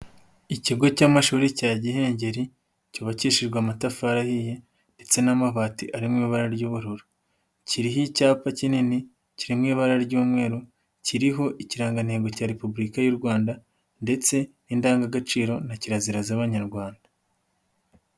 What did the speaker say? Ikigo cy'amashuri cya Gihehengeri cyubakishijwe amatafari ahiye ndetse n'amabati arimo ibara ry'ubururu kiriho icyapa kinini, kiri mu ibara ry'umweru, kiriho ikirangantego cya repubulika y'u Rwanda ndetse n'indangagaciro na kirazira z'abanyarwanda.